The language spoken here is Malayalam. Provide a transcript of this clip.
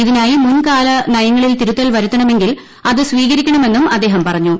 ഇതിനായി മുൻകാല നയങ്ങളിൽ തിരുത്തൽ വരുത്തണ്മെങ്കിൽ അത് സ്വീകരിക്കണമെന്നും അദ്ദേഹം പറഞ്ഞു